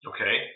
Okay